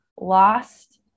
lost